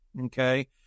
Okay